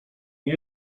nie